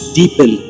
deepen